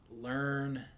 learn